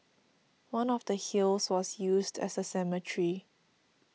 one of the hills was used as a cemetery